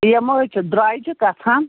یِمہٕ حظ چھِ درٛۅجہِ گٔژھان